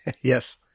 Yes